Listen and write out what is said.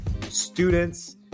students